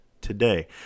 today